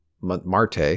Marte